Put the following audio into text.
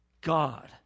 God